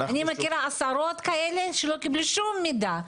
אני מכירה עשרות כאלה שלא קיבלו שום מידע.